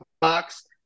box